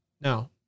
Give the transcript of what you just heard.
Now